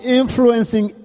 influencing